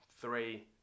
three